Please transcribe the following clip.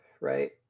right